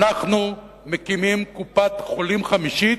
אנחנו מקימים קופת-חולים חמישית,